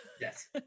yes